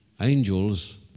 angels